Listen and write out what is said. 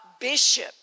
Bishop